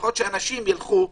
לפחות שאנשים ילכו.